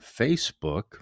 Facebook